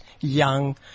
young